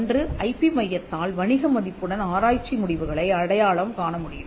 ஒன்று ஐபி மையத்தால் வணிக மதிப்புடன் ஆராய்ச்சி முடிவுகளை அடையாளம் காணமுடியும்